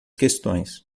questões